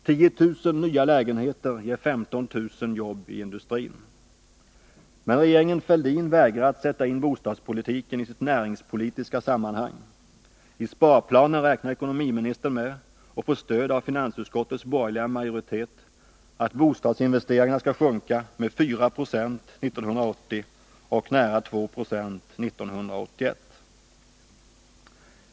10 000 nya lägenheter ger 15 000 jobb i industrin. Men regeringen Fälldin vägrar att sätta in bostadspolitiken i dess näringspolitiska sammanhang. I sparplanen räknar ekonomiministern med — och han får stöd av finansutskottets borgerliga majoritet — att bostadsinvesteringarna skall sjunka med 4 70 1980 och med nära 2 96 1981.